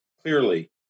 clearly